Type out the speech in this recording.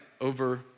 Over